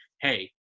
hey –